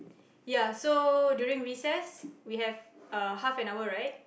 ya so during recess we have uh half an hour right